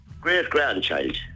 great-grandchild